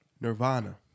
Nirvana